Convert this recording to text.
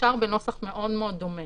נשאר בנוסח מאוד דומה,